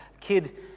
kid